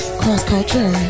cross-culture